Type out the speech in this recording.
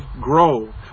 grow